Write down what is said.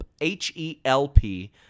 H-E-L-P